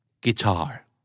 Guitar